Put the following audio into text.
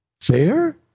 Fair